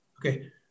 Okay